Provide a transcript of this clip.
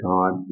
God